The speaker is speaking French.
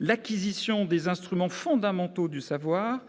l'acquisition des instruments fondamentaux du savoir,